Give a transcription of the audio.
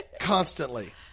constantly